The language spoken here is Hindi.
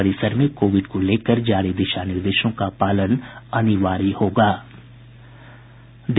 परिसर में कोविड को लेकर जारी दिशा निर्देशों का पालन अनिवार्य किया गया है